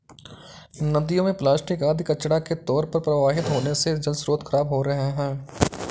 नदियों में प्लास्टिक आदि कचड़ा के तौर पर प्रवाहित होने से जलस्रोत खराब हो रहे हैं